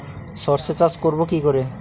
সর্ষে চাষ করব কি করে?